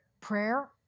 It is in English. Prayer